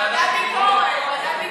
ועדת ביקורת.